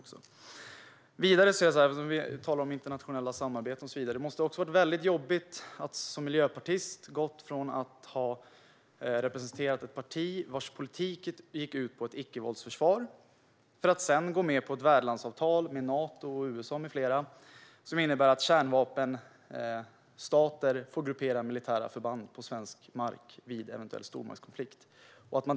När vi sedan talar om internationella samarbeten måste det också för en miljöpartist ha varit väldigt jobbigt att gå från att representera ett parti vars politik gick ut på ett icke-våldsförsvar till att gå med på ett värdlandsavtal med Nato, USA med flera, som innebär att kärnvapenstater får gruppera militära förband på svensk mark vid en eventuell stormaktskonflikt.